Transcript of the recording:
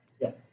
Yes